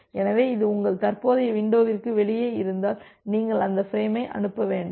எனவே இது உங்கள் தற்போதைய வின்டோவிற்கு வெளியே இருந்தால் நீங்கள் அந்த ஃபிரேமை அனுப்ப வேண்டாம்